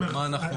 אני אומר,